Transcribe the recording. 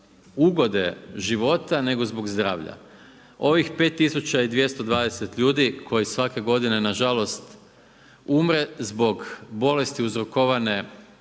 ugode života, nego zbog zdravlja. Ovih 5220 ljudi koji svake godine, na žalost, umre zbog bolesti uzrokovane